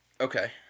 Okay